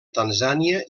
tanzània